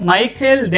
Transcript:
Michael